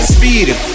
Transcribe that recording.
Speeding